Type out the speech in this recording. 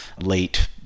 late